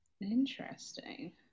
Interesting